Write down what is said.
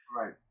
Right